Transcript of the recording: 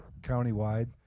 countywide